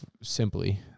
simply